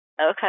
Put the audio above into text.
Okay